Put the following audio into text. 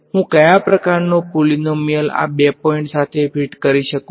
હું કયા પ્રકારનો પોલીનોમીયલ આ બે પોઈંટ સાથે ફિટ કરી શકું